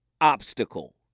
obstacle